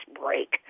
break